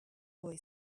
boy